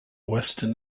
western